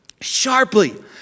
sharply